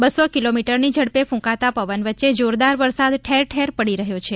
બસ્સો કિલોમીટરની ઝડપે ફૂંકાતા પવન વચ્ચે જોરદાર વરસાદ ઠેરઠેર પડી રહ્યો છે